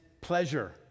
pleasure